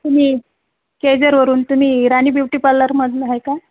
तुम्ही केळजरवरून तुम्ही रानी ब्युटी पार्लरमधून आहे का